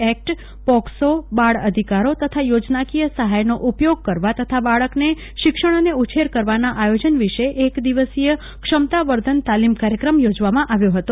act POCSO બાળ અધિકારો તથા યોજનાકીયસફાયનો ઉપયોગ કરેવા તથા બાળકને શિક્ષણ અને ઉછેર કરવાના આયોજને વિશે એક દિવસીય ક્ષમતા વર્ધન તાલીમ કાર્યક્રમયોજવામાં આવ્યો હતો